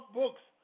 books